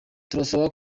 turasaba